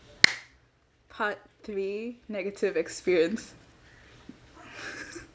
part three negative experience